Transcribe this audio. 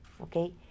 okay